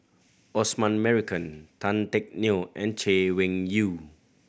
Osman Merican Tan Teck Neo and Chay Weng Yew